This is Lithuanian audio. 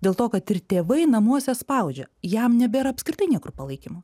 dėl to kad ir tėvai namuose spaudžia jam nebėra apskritai niekur palaikymo